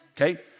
Okay